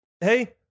hey